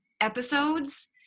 episodes